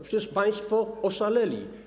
Przecież państwo oszaleli.